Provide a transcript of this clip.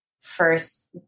first